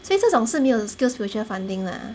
所以这种是没有 skillsfuture funding lah